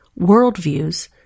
worldviews